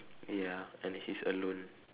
ya and he's alone